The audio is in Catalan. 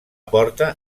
porta